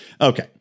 Okay